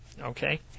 okay